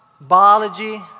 biology